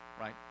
right